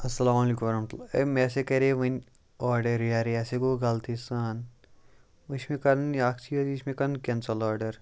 اَسلام علیکم ورحمتہ اللہ اے مےٚ ہَسا کَرے وٕنۍ آرڈَر یارٕ یہِ ہاسے گوٚو غلطی سان وۄنۍ چھُ مےٚ کَرُن یہِ اکھ چیٖز یہِ چھُ مےٚ کَرُن کٮ۪نسَل آرڈَر